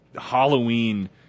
Halloween